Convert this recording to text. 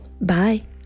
Bye